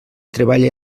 treballe